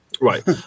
Right